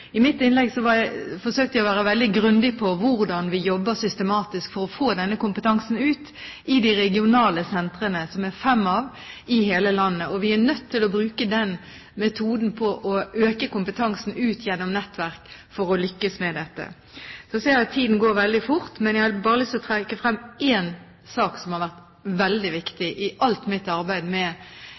I mitt innlegg forsøkte jeg å være veldig grundig på hvordan vi jobber systematisk for å få denne kompetansen ut i de regionale sentrene, som det er fem av i hele landet. Vi er nødt til å bruke den metoden på å øke kompetansen ut gjennom nettverk for å lykkes med dette. Så ser jeg at tiden går veldig fort, men jeg har bare lyst til å trekke frem én sak som har vært veldig viktig i alt mitt arbeid med